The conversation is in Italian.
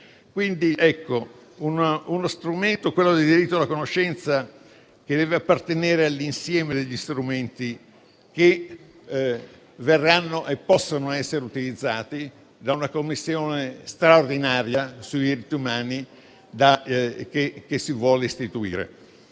punti. Uno strumento - quello del diritto alla conoscenza - che deve appartenere all'insieme degli strumenti che verranno e possono essere utilizzati dalla Commissione straordinaria sui diritti umani che si vuole istituire.